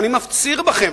ואני מפציר בכם,